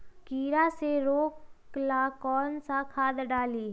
कीड़ा के रोक ला कौन सा खाद्य डाली?